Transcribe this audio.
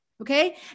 Okay